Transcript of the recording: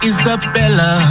Isabella